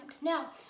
now